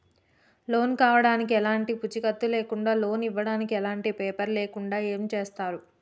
Loan కావడానికి ఎలాంటి పూచీకత్తు లేకుండా లోన్ ఇవ్వడానికి ఎలాంటి పేపర్లు లేకుండా ఏం చేస్తారు?